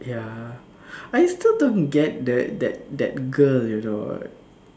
ya I still don't get that that that girl you know